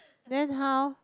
then how